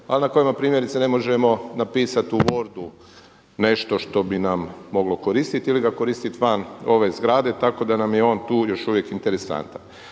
a na kojima primjerice ne možemo napisati u wordu nešto što bi nam moglo koristiti ili ga koristiti van ove zgrade, tako da nam je on tu još uvijek interesantan.